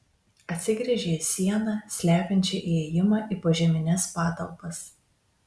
atsigręžė į sieną slepiančią įėjimą į požemines patalpas